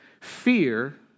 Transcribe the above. Fear